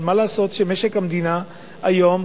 אבל מה לעשות שמשק המדינה היום,